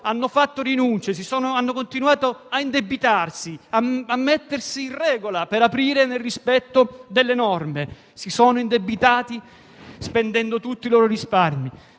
hanno fatto rinunce e hanno continuato a indebitarsi e mettersi in regola per aprire nel rispetto delle norme. Si sono indebitati spendendo tutti i loro risparmi,